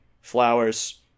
Flowers